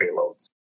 payloads